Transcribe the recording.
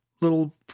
little